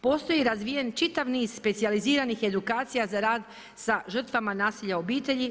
Postoji razvijen čitav niz specijaliziranih edukacija za rad sa žrtvama nasilja u obitelji.